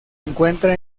encuentra